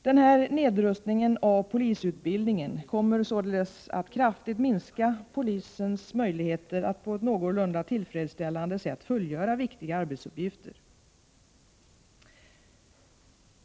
Denna nedrustning av polisutbildningen kommer således att kraftigt minska polisens möjligheter att på ett någorlunda tillfredsställande sätt fullgöra viktiga arbetsuppgifter.